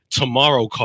tomorrow